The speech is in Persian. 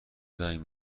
زنگ